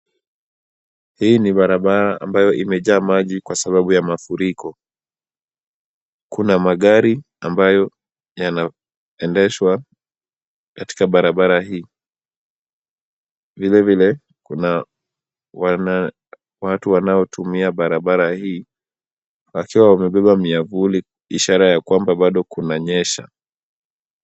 Hii ni barabara ambayo imejaa maji kwa sababu ya mafuriko. Kuna magari ambayo yanaendeshwa katika barabara hii. Vilevile kuna watu wanaotumia barabara hii wakiwa wamebeba miavuli, ishara ya kwamba bado kunanyesha.